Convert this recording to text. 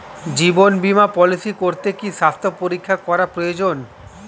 জীবন বীমা পলিসি করতে কি স্বাস্থ্য পরীক্ষা করা প্রয়োজন?